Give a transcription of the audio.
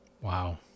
Wow